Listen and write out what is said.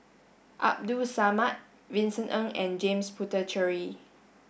Abdul Samad Vincent Ng and James Puthucheary